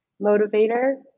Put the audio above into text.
motivator